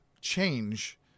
change